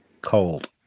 cold